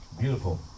Beautiful